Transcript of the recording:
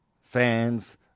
fans